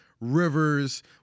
Rivers